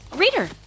Reader